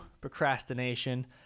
procrastination